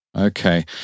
Okay